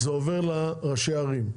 שזה עובר לראשי הערים.